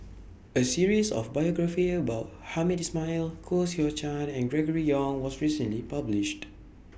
A series of biographies about Hamed Ismail Koh Seow Chuan and Gregory Yong was recently published